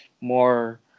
more